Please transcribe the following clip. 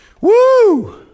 Woo